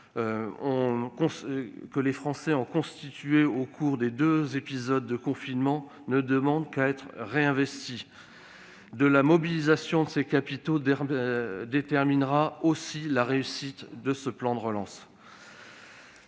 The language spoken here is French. que les Français ont constituée au cours des deux épisodes de confinement ne demande qu'à être réinvestie. La mobilisation de ces capitaux sera également déterminante pour la réussite du plan de relance.